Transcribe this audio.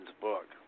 book